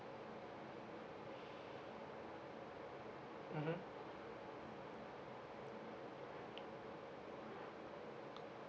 mmhmm